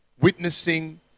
witnessing